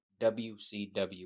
WCW